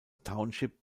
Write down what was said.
township